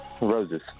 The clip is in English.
Roses